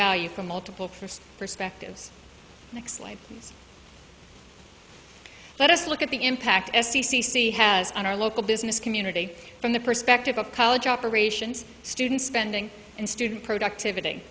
value for multiple for perspectives next line let us look at the impact s e c c has on our local business community from the perspective of college operations student spending and student productivity